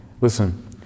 Listen